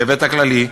בהיבט הכללי,